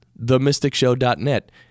themysticshow.net